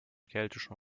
keltischen